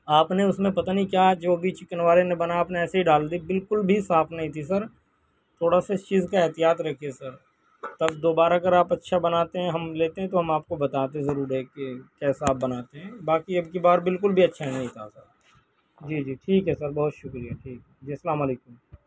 آپ نے اس میں پتا نہیں کیا جو بھی چکن والے نے بنایا آپ نے ایسے ہی ڈال دی بالکل بھی صاف نہیں تھی سر تھوڑا سا اس چیز کا احتیاط رکھیئے سر اب دوبارہ آپ اچھا بناتے ہیں ہم لیتے ہیں تو ہم آپ کو بتاتے ضرور ہیں کہ کیسا آپ بناتے ہیں باقی ابکہ بار بالکل بھی اچھا نہیں تھا سر جی جی ٹھیک ہے سر بہت شکریہ ٹھیک جی السلام علیکم